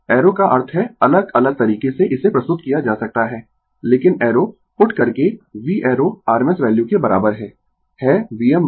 arrow का अर्थ है अलग अलग तरीके से इसे प्रस्तुत किया जा सकता है लेकिन एरो पुट करके v एरो rms वैल्यू के बराबर है है Vm √ 2